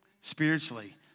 spiritually